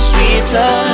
Sweeter